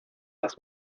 las